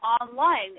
online